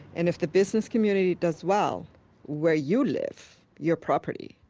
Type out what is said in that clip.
and if the business community does well where you live, your property,